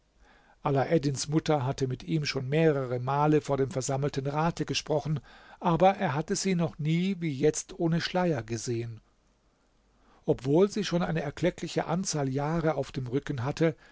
alaeddins mutter hatte mit ihm schon mehrere male vor dem versammelten rate gesprochen aber er hatte sie noch nie wie jetzt ohne schleier gesehen obwohl sie schon eine erkleckliche anzahl jahre auf dem rücken hatte